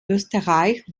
österreich